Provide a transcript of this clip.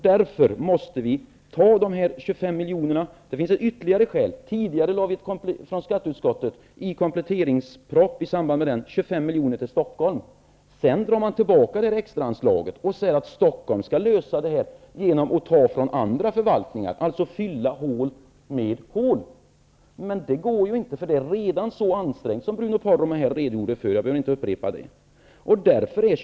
Därför måste vi anslå de här Det finns ett ytterligare skäl: Tidigare föreslog vi från skatteutskottet i samband med kompletteringspropositionen 25 miljoner till Stockholm. Sedan drar man tillbaka det extra anslaget och säger att Stockholm skall lösa det här genom att ta från andra förvaltningar, alltså fylla hål med hål. Det går ju inte. Det är, som Bruno Poromaa här redogjorde för -- jag behöver inte upprepa det -- redan så ansträngt.